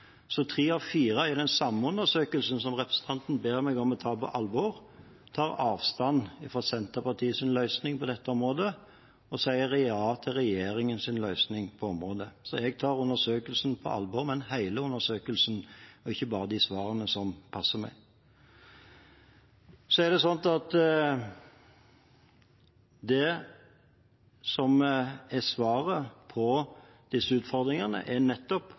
Så tre av fire i den samme undersøkelsen som representanten ber meg om å ta på alvor, tar avstand fra Senterpartiets løsning på dette området og sier ja til regjeringens løsning på området. Så jeg tar undersøkelsen på alvor – men hele undersøkelsen, og ikke bare de svarene som passer meg. Det som er svaret på disse utfordringene, er nettopp